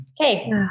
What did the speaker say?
Okay